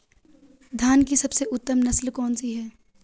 धान की सबसे उत्तम नस्ल कौन सी है?